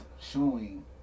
showing